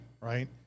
right